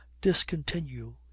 discontinue